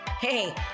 Hey